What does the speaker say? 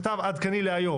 במכתב עדכני להיום.